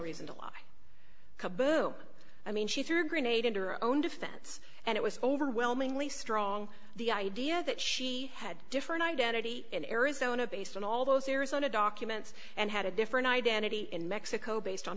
reason to lie kaboom i mean she threw a grenade in her own defense and it was overwhelmingly strong the idea that she had different identity in arizona based on all those arizona documents and had a different identity in mexico based on